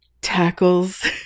tackles